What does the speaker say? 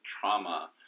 trauma